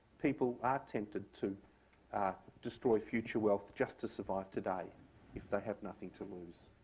people are tempted to ah destroy future wealth just to survive today if they have nothing to lose.